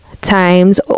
times